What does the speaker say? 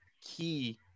key